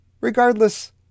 Regardless